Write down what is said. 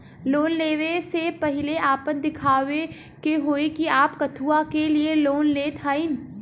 Loan ले वे से पहिले आपन दिखावे के होई कि आप कथुआ के लिए लोन लेत हईन?